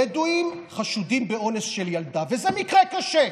כשבדואים חשודים באונס של ילדה, וזה מקרה קשה.